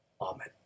Amen